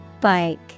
Bike